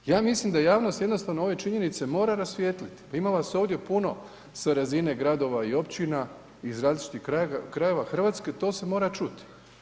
Ja mislim da javnost jednostavno ove činjenice mora rasvijetliti, pa ima vas ovdje puno sa razine gradova i općina iz različitih krajeva Hrvatske, to se mora čuti.